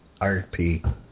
RP